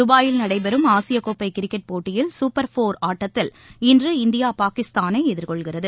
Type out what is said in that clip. துபாயில் நடைபெறும் ஆசிய கோப்பை கிரிக்கெட் போட்டியில் சூப்பா் ஃபோா் ஆட்டத்தில் இன்று இந்தியா பாகிஸ்தானை எதிர்கொள்கிறது